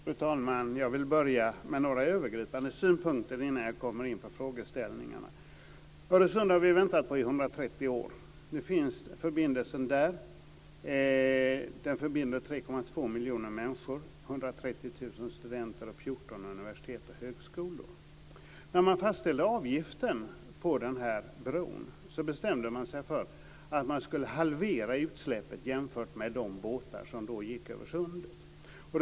Fru talman! Jag vill börja med några övergripande synpunkter innan jag kommer in på frågeställningarna. Vi har väntat på Öresundsbron i 130 år. Nu finns förbindelsen där. Den förbinder 3,2 miljoner människor, 130 000 studenter och 14 universitet och högskolor. När man fastställde avgiften på den här bron bestämde man sig för att man skulle halvera utsläppet jämfört med de båtar som då gick över sundet.